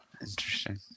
Interesting